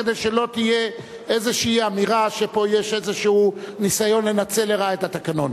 כדי שלא תהיה איזו אמירה שפה יש איזה ניסיון לנצל לרעה את התקנון.